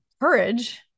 courage